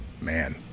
Man